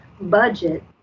budget